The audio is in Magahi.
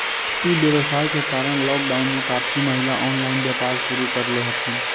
ई व्यवसाय के कारण लॉकडाउन में काफी महिला ऑनलाइन व्यापार शुरू करले हथिन